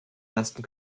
lasten